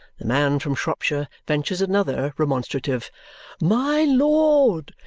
the man from shropshire ventures another remonstrative my lord!